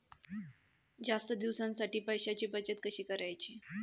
जास्त दिवसांसाठी पैशांची बचत कशी करायची?